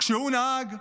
כשהוא נהג,